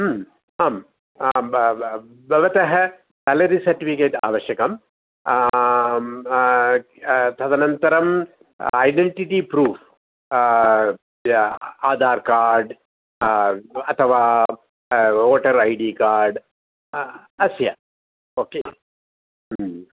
आं भवतः salary certificate आवश्यकम् आम् तदनन्तरं ऐडेण्डिटि प्रूफ़् आधार् कार्ड् अथवा वोटर् ऐडि कार्ड् अस्य ओ के